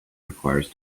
requires